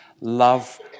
love